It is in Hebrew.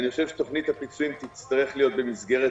אני חושב שתוכנית הפיצויים תצטרך להיות במסגרת